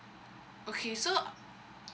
okay so